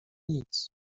nic